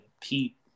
Pete